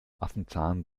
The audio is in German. affenzahn